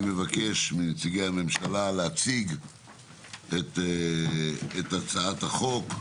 אני מבקש מנציגי הממשלה להציג את הצעת החוק,